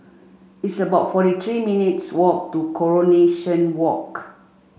it's about forty three minutes' walk to Coronation Walk